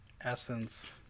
Essence